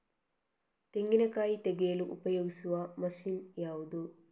ತೆಂಗಿನಕಾಯಿ ತೆಗೆಯಲು ಉಪಯೋಗಿಸುವ ಮಷೀನ್ ಯಾವುದು?